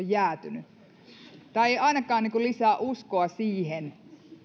jäätyneet tämä ei ainakaan lisää uskoa siihen